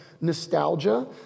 nostalgia